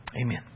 Amen